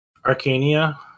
Arcania